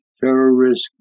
terrorist